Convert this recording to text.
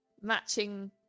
Matching